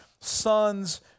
sons